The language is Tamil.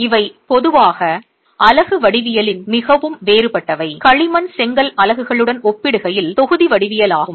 எனவே இவை பொதுவாக அலகு வடிவியலில் மிகவும் வேறுபட்டவை களிமண் செங்கல் அலகுகளுடன் ஒப்பிடுகையில் தொகுதி வடிவியலாகும்